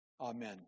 amen